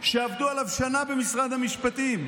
שעבדו עליו שנה במשרד המשפטים,